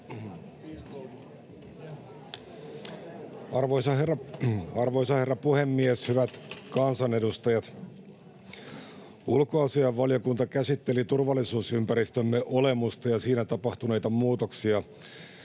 Arvoisa herra puhemies! Hyvät kansanedustajat! Ulkoasiainvaliokunta käsitteli turvallisuusympäristömme olemusta ja siinä tapahtuneita muutoksia